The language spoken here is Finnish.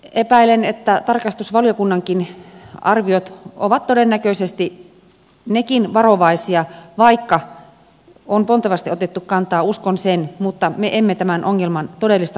epäilen että tarkastusvaliokunnankin arviot ovat todennäköisesti nekin varovaisia vaikka on pontevasti otettu kantaa uskon sen mutta me emme tämän ongelman todellista laajuutta tiedä